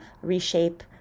reshape